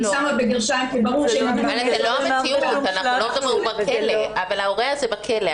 אני שמה בגרשיים כי ברור --- אבל ההורה הזה בכלא.